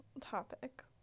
topic